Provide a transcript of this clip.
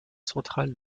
central